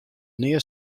nea